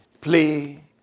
play